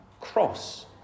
cross